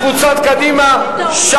קבוצת קדימה של אורית זוארץ,